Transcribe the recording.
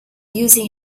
using